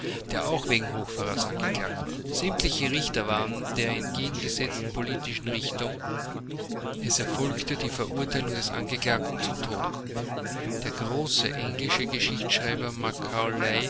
der auch wegen hochverrats angeklagt war sämtliche richter waren der entgegengesetzten politischen richtung es erfolgte die verurteilung des angeklagten zum tode der große englische geschichtsschreiber macaulay